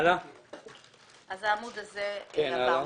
אם כן, על העמוד הראשון עברנו.